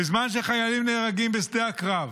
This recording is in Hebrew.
בזמן שחיילים נהרגים בשדה הקרב,